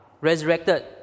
resurrected